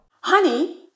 Honey